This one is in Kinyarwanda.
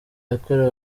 yakorewe